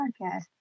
podcast